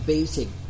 Basic